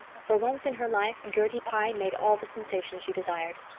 for once in her life gertie pye made all the sensation she desired.